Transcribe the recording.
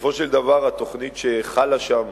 בסופו של דבר, התוכנית שחלה שם